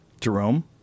Jerome